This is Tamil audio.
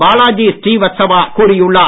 பாலாஜி ஸ்ரீவத்சவா கூறியுள்ளார்